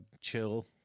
chill